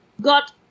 got